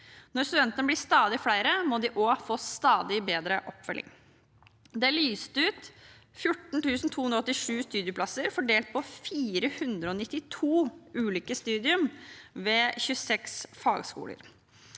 Når studentene blir stadig flere, må de også få stadig bedre oppfølging. Det er lyst ut 14 287 studieplasser fordelt på 492 ulike studium ved 26 fagskoler.